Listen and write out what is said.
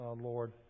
Lord